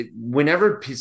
whenever